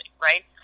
right